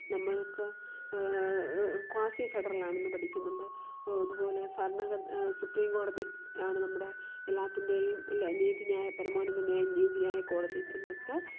നമ്മൾക്ക് ക്വാസി ഫെഡറലാണെന്നു പഠിക്കുന്നുണ്ട് അതുപോലെ ഭരണഘട സുപ്രീം കോടതി ആണ് നമ്മുടെ എല്ലാത്തിൻറ്റേയും അല്ലേ നീതിന്യായ പരമോന്നത നീതിന്യായ കോടതി എന്നൊക്കെ